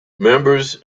members